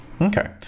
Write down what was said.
Okay